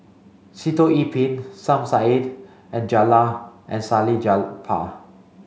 Sitoh Yih Pin Som Said and Jella and Salleh Japar